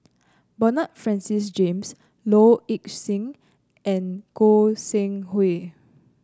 Bernard Francis James Low Ing Sing and Goi Seng Hui